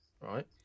right